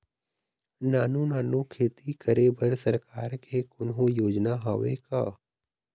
नानू नानू खेती करे बर सरकार के कोन्हो योजना हावे का?